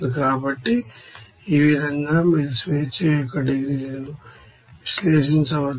కాబట్టి ఈ విధంగా మీరు డిగ్రీస్ అఫ్ ఫ్రీడమ్ విశ్లేషించవచ్చు